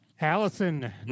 Allison